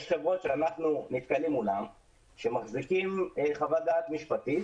יש חברות שאנחנו נתקלים מולן שמחזיקות חוות דעת משפטית